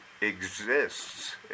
exists